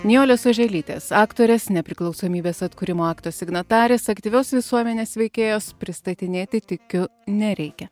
nijolės oželytės aktorės nepriklausomybės atkūrimo akto signatarės aktyvios visuomenės veikėjos pristatinėti tikiu nereikia